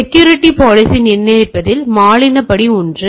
எனவே security policy நிர்ணயிப்பது மாநில படி ஒன்று